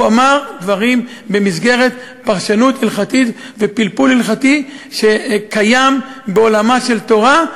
הוא אמר דברים במסגרת פרשנות הלכתית ופלפול הלכתי שקיים בעולמה של תורה,